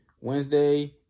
Wednesday